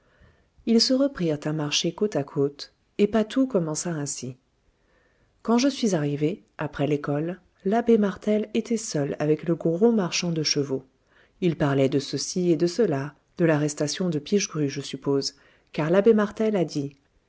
ils se reprirent à marcher côte à côte et patou commença ainsi quand je suis arrivé après l'école l'abbé martel était seul avec le gros marchand de chevaux ils parlaient de ceci et de cela de l'arrestation de pichegru je suppose car l'abbé martel a dit